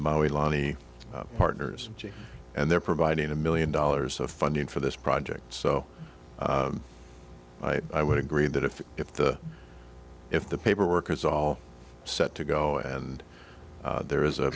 maui lonny partners and they're providing a million dollars of funding for this project so i would agree that if if the if the paperwork is all set to go and there is